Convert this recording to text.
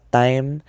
time